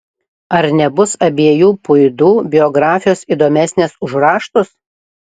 ar nebus abiejų puidų biografijos įdomesnės už raštus